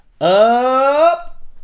up